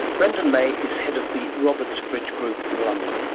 brendan may is head of the robertsbridge group in london